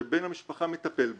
שבן המשפחה מטפל בו,